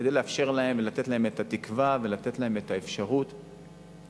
כדי לאפשר להם ולתת להם את התקווה ולתת להם את האפשרות לדעת: